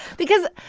because,